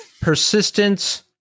Persistence